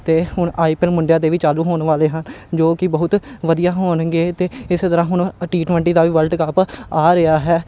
ਅਤੇ ਹੁਣ I P L ਮੁੰਡਿਆਂ ਦੇ ਵੀ ਚਾਲੂ ਹੋਣ ਵਾਲੇ ਹਨ ਜੋ ਕਿ ਬਹੁਤ ਵਧੀਆ ਹੋਣਗੇ ਅਤੇ ਇਸੇ ਤਰ੍ਹਾਂ ਹੁਣ ਆਹ ਟੀ ਟਵੰਟੀ ਦਾ ਵੀ ਵਲਡ ਕੱਪ ਆ ਰਿਹਾ ਹੈ